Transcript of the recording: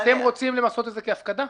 אתם רוצים למסות את זה כהפקדה?